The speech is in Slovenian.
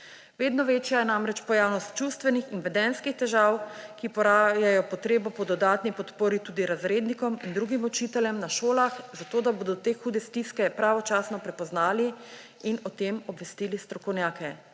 Vedno večja je namreč pojavnost čustvenih in vedenjskih težav, ki porajajo potrebo po dodatni podpori tudi razrednikom in drugim učiteljem na šolah, zato da bodo te hude stiske pravočasno prepoznali in o tem obvestili strokovnjake.«